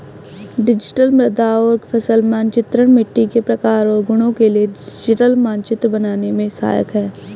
digital मृदा और फसल मानचित्रण मिट्टी के प्रकार और गुणों के लिए डिजिटल मानचित्र बनाने में सहायक है